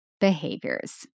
behaviors